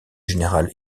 général